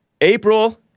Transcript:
April